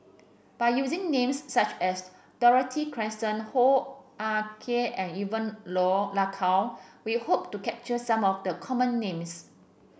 by using names such as Dorothy Krishnan Hoo Ah Kay and Evon Law Lak Kow we hope to capture some of the common names